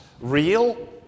real